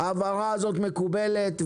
ההבהרה הזאת מקובלת,